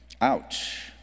Ouch